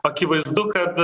akivaizdu kad